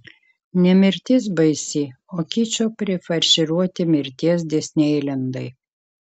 ne mirtis baisi o kičo prifarširuoti mirties disneilendai